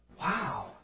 wow